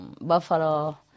Buffalo